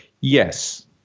Yes